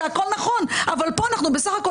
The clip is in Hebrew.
זה הכול נכון אבל כאן אנחנו בסך הכול